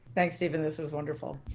thanks, stephen, this was wonderful.